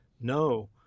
no